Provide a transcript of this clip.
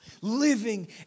Living